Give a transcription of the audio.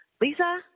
Lisa